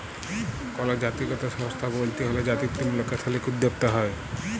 call জাতিগত সংস্থা ব্যইলতে হ্যলে জাতিত্ত্বমূলক এথলিক উদ্যোক্তা হ্যয়